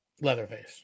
Leatherface